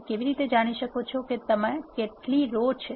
તમે કેવી રીતે જાણી શકો કે તેમાં કેટલી રો છે